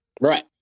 Right